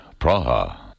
Praha